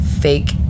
fake